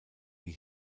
die